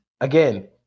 Again